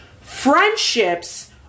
Friendships